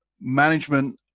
management